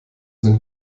sind